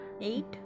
Eight